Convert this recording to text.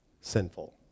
sinful